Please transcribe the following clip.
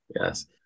Yes